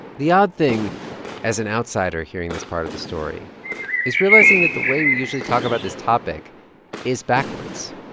the odd thing as an outsider hearing this part of the story is realizing that the way we usually talk about this topic is backwards.